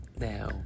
Now